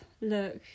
look